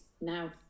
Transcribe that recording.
now